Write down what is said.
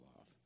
off